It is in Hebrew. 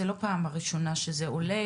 זו לא פעם ראשונה שזה עולה,